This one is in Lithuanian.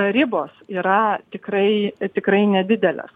ribos yra tikrai tikrai nedidelės